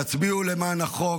תצביעו למען החוק.